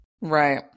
Right